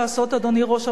אדוני ראש הממשלה,